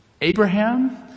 Abraham